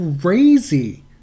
crazy